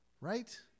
right